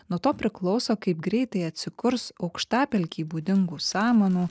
nuo to priklauso kaip greitai atsikurs aukštapelkei būdingų samanų